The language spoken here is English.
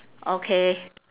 okay